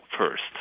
first